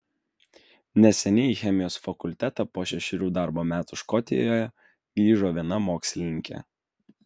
neseniai į chemijos fakultetą po šešerių darbo metų škotijoje grįžo viena mokslininkė